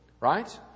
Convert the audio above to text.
right